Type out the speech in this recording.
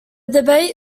debate